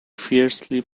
fiercely